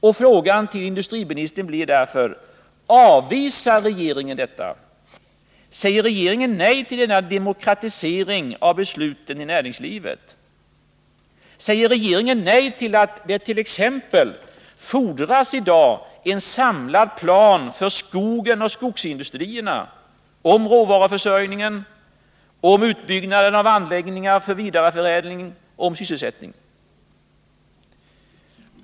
Och frågan till industriministern blir därför: Avvisar regeringen detta? Säger regeringen nej till denna demokratisering av besluten i näringslivet? Förnekar regeringen att det i dag t.ex. fordras en samlad plan för skogen och skogsindustrierna, för råvaruförsörjningen, för utbyggnaden av anläggningar för vidareförädling och för sysselsättningen?